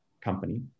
company